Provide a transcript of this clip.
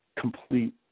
complete